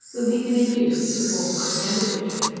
whom he can induce to support my candidature.